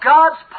God's